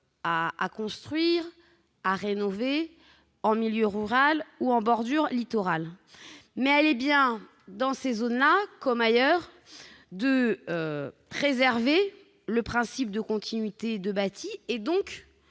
à construire ou à rénover en milieu rural ou en bordure littorale, mais bien, dans ces zones-là comme ailleurs, de préserver le principe de continuité du bâti, et donc